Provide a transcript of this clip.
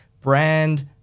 brand